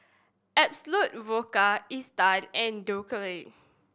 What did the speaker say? Absolut Vodka Isetan and Dequadin